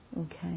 Okay